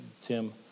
Tim